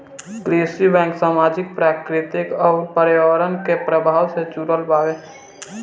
कृषि बैंक सामाजिक, प्राकृतिक अउर पर्यावरण के प्रभाव से जुड़ल बावे